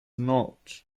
not